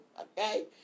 Okay